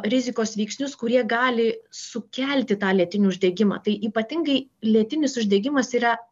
rizikos veiksnius kurie gali sukelti tą lėtinį uždegimą tai ypatingai lėtinis uždegimas yra